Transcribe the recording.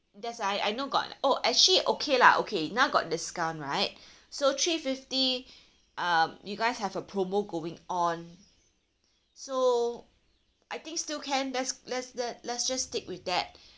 that's why I know got oh actually okay lah okay now got discount right so three fifty um you guys have a promo going on so I think still can let's let's let's just stick with that